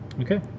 Okay